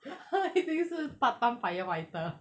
他一定是 part time fire fighter